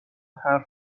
حرف